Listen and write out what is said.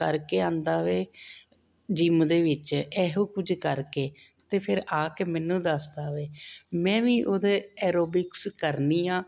ਕਰਕੇ ਆਉਂਦਾ ਵੇ ਜਿਮ ਦੇ ਵਿੱਚ ਇਹੋ ਕੁਝ ਕਰਕੇ ਅਤੇ ਫਿਰ ਆ ਕੇ ਮੈਨੂੰ ਦੱਸਦਾ ਵੇ ਮੈਂ ਵੀ ਉਹਦੇ ਐਰੋਬਿਕਸ ਕਰਨੀ ਹਾਂ